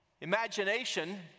imagination